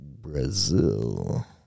Brazil